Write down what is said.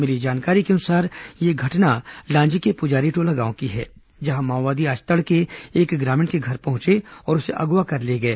मिली जानकारी के अनुसार यह घटना लांजी के पुजारीटोला गांव की है जहां माओवादी आज तड़के एक ग्रामीण के घर पहुंचे और उसे अगवा कर ले गए